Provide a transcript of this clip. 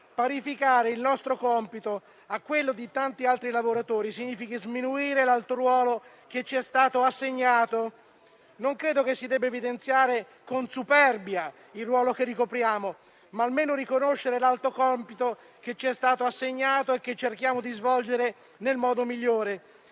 parificare il nostro compito a quello di tanti altri lavoratori significhi sminuire l'alto ruolo che ci è stato assegnato. Non credo che si debba evidenziare con superbia il ruolo che ricopriamo, ma almeno riconoscere l'alto compito che c'è stato assegnato e che cerchiamo di svolgere nel modo migliore.